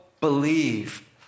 believe